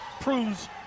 proves